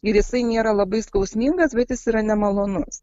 ir jisai nėra labai skausmingas bet jis yra nemalonus